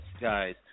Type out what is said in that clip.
guys